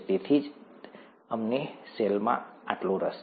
તેથી જ અમને સેલમાં આટલો રસ છે